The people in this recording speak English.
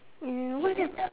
mm what about